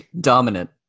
Dominant